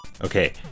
Okay